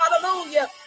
Hallelujah